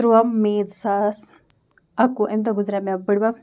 تُرٛواہ مے زٕ ساس اَکہٕ وُہ اَمہِ دۄہ گُزرے مےٚ بُڈِبَب